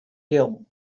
hill